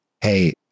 Hey